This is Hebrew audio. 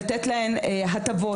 לתת להן הטבות,